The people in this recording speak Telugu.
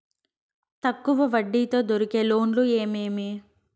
తక్కువ వడ్డీ తో దొరికే లోన్లు ఏమేమీ?